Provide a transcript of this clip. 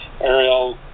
Ariel